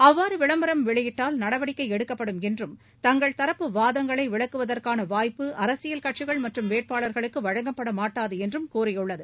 அவ்வாறு விளம்பரம் வெளியிடப்பட்டால் நடவடிக்கை எடுக்கப்படும் என்றும் தங்கள் தரப்பு வாதங்களை விளக்குவதற்கான வாய்ப்பு அரசியல் கட்சிகள் மற்றும் வேட்பாளர்களுக்கு வழங்கப்படமாட்டாது என்றும் கூறியுள்ளது